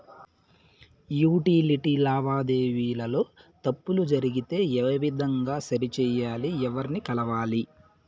Utility లావాదేవీల లో తప్పులు జరిగితే ఏ విధంగా సరిచెయ్యాలి? ఎవర్ని కలవాలి?